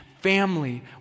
family